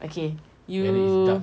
okay you